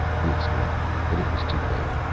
he exclaimed, but it was too late.